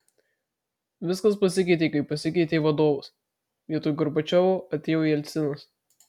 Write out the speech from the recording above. viskas pasikeitė kai pasikeitė vadovas vietoj gorbačiovo atėjo jelcinas